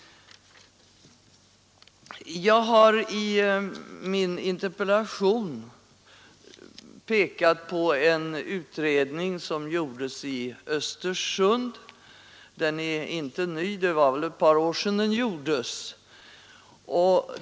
Jag har i min interpellation pekat på en utredning som gjordes i Östersund. Den är inte ny — det är väl ett par år sedan den gjordes.